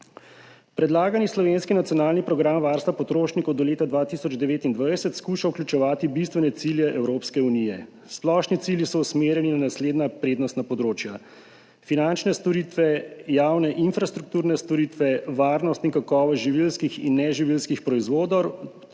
Predlagani slovenski nacionalni program varstva potrošnikov do leta 2029 skuša vključevati bistvene cilje Evropske unije. Splošni cilji so usmerjeni na naslednja prednostna področja – finančne storitve, javne infrastrukturne storitve, varnost in kakovost živilskih in neživilskih proizvodov